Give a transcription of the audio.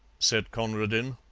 said conradin.